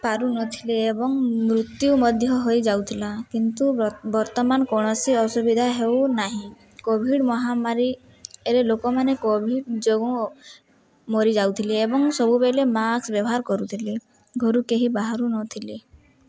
ପାରୁନଥିଲେ ଏବଂ ମୃତ୍ୟୁ ମଧ୍ୟ ହୋଇଯାଉଥିଲା କିନ୍ତୁ ବର୍ତ୍ତମାନ କୌଣସି ଅସୁବିଧା ହେଉ ନାହିଁ କୋଭିଡ୍ ମହାମାରୀରେ ଲୋକମାନେ କୋଭିଡ୍ ଯୋଗୁଁ ମରିଯାଉଥିଲେ ଏବଂ ସବୁବେଳେ ମାସ୍କ ବ୍ୟବହାର କରୁଥିଲେ ଘରୁ କେହି ବାହାରୁନଥିଲେ